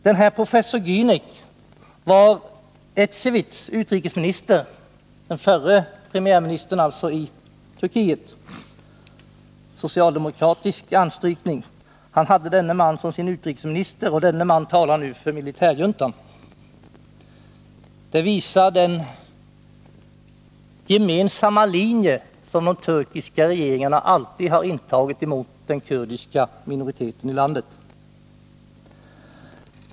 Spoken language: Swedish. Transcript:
Denne professor Gänec var utrikesminister hos Ecevit, alltså den förre premiärministern i Turkiet, med socialdemokratisk anstrykning. Han hade som sin utrikesminister denne man, som nu talar för militärjuntan. Det visar att de turkiska regeringarna alltid har intagit en gemensam linje mot den kurdiska minoriteten i landet.